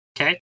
Okay